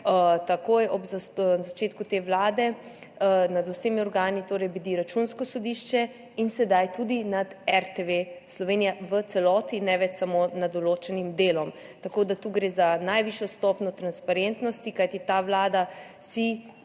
takoj ob začetku te vlade, torej bedi Računsko sodišče in sedaj tudi nad RTV Slovenija v celoti, ne več samo nad določenim delom. Tako da gre tu za najvišjo stopnjo transparentnosti, kajti ta vlada si